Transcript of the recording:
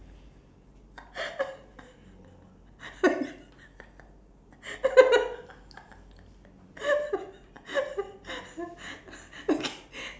okay